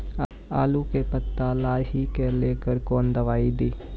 आलू के पत्ता लाही के लेकर कौन दवाई दी?